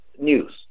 news